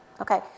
okay